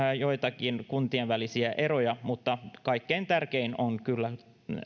joitakin kuntien välisiä eroja mutta kaikkein tärkein on kyllä